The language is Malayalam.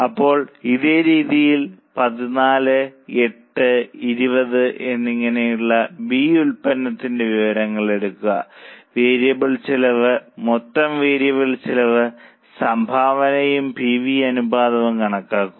ഇപ്പോൾ അതേ രീതിയിൽ 14 8 20 എന്നിങ്ങനെയുള്ള ബി ഉത്പന്നതിന്റെ വിവരങ്ങൾ എടുക്കുക വേരിയബിൾ ചെലവുകൾ മൊത്തം വേരിയബിൾ ചെലവ് സംഭാവനയും പി വി അനുപാതവും കണക്കാക്കുക